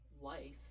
life